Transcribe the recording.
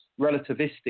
relativistic